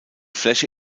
fläche